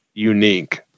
unique